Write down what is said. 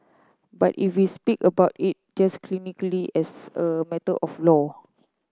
but if we speak about it just clinically as a matter of law